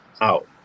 out